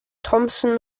thompson